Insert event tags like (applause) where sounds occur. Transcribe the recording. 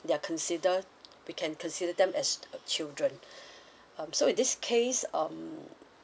they're consider we can consider them as children (breath) um so in this case um